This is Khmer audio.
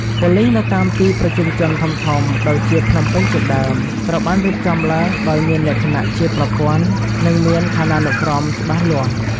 ប៉ូលិសនៅតាមទីប្រជុំជនធំៗដូចជាភ្នំពេញជាដើម ត្រូវបានរៀបចំឡើងដោយមានលក្ខណៈជាប្រព័ន្ធ និងមានឋានានុក្រមច្បាស់លាស់។